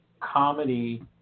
comedy